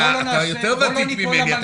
אתה יותר ותיק ממני,